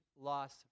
loss